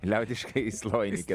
liaudiški sloinike